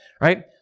right